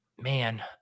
Man